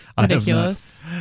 Ridiculous